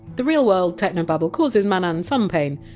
the real world technobabble causes manan some pain,